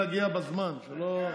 כל רפורמי מקבל מיליון.